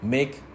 Make